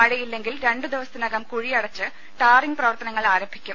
മഴയില്ലെങ്കിൽ രണ്ടു ദിവസത്തിനകം കുഴിയടച്ച് ടാറിങ്ങ് പ്രവർത്തനങ്ങൾ ആരംഭിക്കും